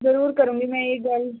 ਜਰੂਰ ਕਰੂਗੀ ਮੈਂ ਇਹ ਗੱਲ